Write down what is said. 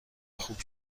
خوب